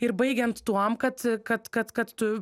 ir baigiant tuom kad kad kad kad tu